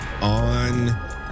on